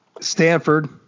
Stanford